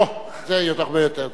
אוה, זה הרבה יותר טוב.